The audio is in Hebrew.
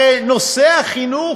הרי חינוך